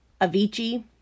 Avicii